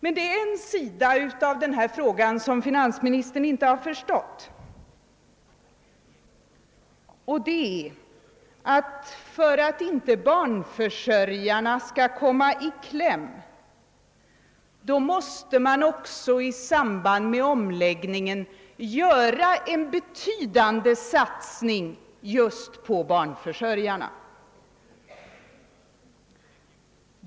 Men en sida av den här frågan har finansministern inte förstått, nämligen att man, för att inte barnförsörjarna skall komma i kläm, måste i samband med omläggningen göra en betydande satsning just på barnförsörjarna.